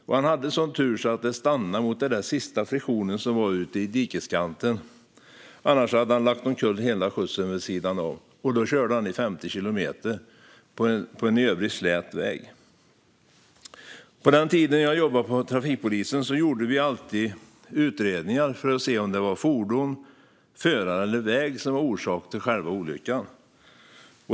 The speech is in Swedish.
Men han hade sådan tur att den stannade mot den sista friktionen ute vid dikeskanten. Annars hade han lagt omkull hela skjutsen vid sidan av, och då körde han i 50 kilometer i timmen på en i övrigt slät väg. På den tiden då jag jobbade på trafikpolisen gjorde vi alltid utredningar för att se om det var fordon, förare eller väg som var orsak till själva olyckan.